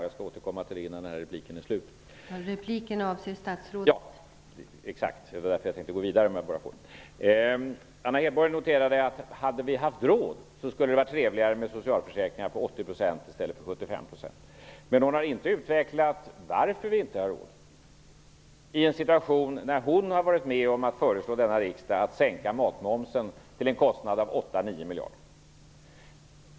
Jag skall återkomma till det innan repliken är slut. Anna Hedborg noterade att det skulle vara trevligare med socialförsäkringar på 80 % i stället för 75 %, om vi hade haft råd. Men hon har inte utvecklat varför vi inte har råd i en situation då hon har varit med om att föreslå denna riksdag att sänka matmomsen till en kostnad av 8-9 miljarder.